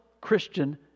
Christian